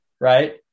right